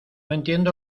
entiendo